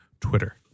Twitter